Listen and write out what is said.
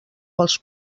pels